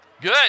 Good